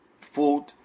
Food